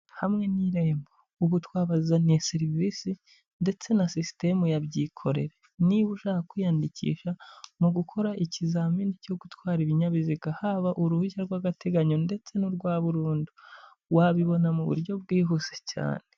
Hamwe n'irembo ubu twabazaniye serivisi ndetse na sisitemu ya byikore niba ushaka kwiyandikisha mu gukora ikizamini cyo gutwara ibinyabiziga, haba uruhushya rw'agateganyo ndetse n'urwa burundu wabibona mu buryo bwihuse cyane.